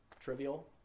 trivial